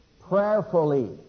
prayerfully